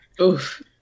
Oof